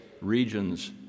regions